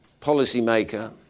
policymaker